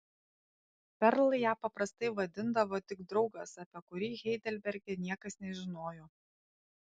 perl ją paprastai vadindavo tik draugas apie kurį heidelberge niekas nežinojo